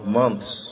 months